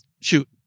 Shoot